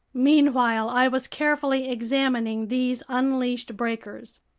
meanwhile i was carefully examining these unleashed breakers.